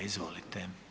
Izvolite.